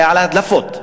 על הדלפות,